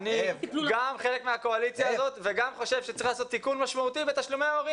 אני חלק מהקואליציה וגם חושב שצריך לעשות תיקון משמעותי בתשלומי ההורים.